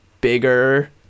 bigger